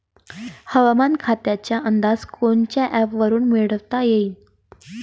हवामान खात्याचा अंदाज कोनच्या ॲपवरुन मिळवता येईन?